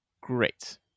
Great